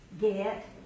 get